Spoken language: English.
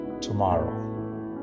tomorrow